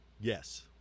Yes